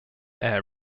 air